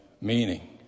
meaning